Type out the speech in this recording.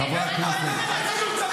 חברת הכנסת צגה